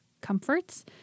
comforts